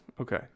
Okay